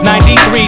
93